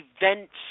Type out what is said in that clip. events